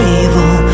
evil